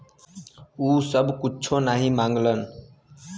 उ सब कुच्छो नाही माँगलन